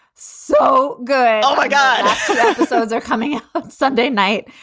so good. oh, my god those are coming sunday night.